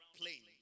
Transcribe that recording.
plain